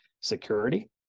security